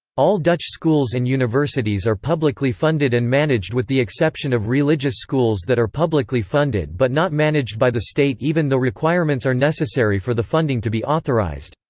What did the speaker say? all dutch schools and universities are publicly funded and managed with the exception of religious schools that are publicly funded but not managed by the state even though requirements are necessary for the funding to be authorised.